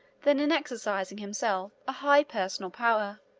than in exercising, himself, a high personal power.